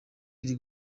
iri